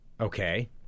Okay